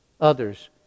Others